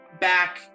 back